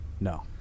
No